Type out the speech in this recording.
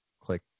click